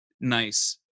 nice